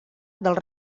dels